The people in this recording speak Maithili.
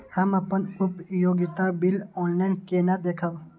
हम अपन उपयोगिता बिल ऑनलाइन केना देखब?